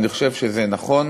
אני חושב שזה נכון.